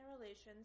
Relations